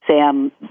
Sam